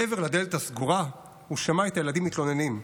מעבר לדלת הסגורה הוא שמע את הילדים מתלוננים: